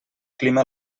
clima